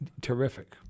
terrific